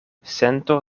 sento